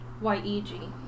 Y-E-G